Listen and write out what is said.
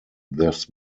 this